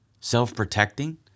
Self-protecting